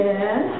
Yes